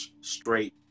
straight